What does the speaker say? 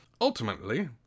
Ultimately